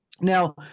Now